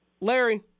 Larry